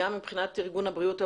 גם מבחינת ארגון הבריאות העולמי,